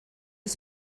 der